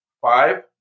five